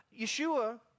Yeshua